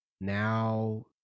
now